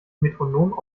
metronom